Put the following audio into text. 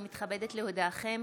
אני מתכבדת להודיעכם,